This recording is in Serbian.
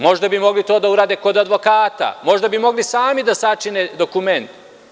Možda bi mogli to da urade kod advokata, možda bi mogli sami da sačine dokument.